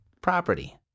property